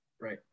Right